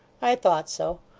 i thought so.